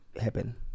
happen